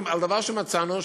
על דבר שמצאנו,